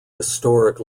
historic